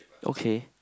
okay